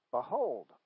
Behold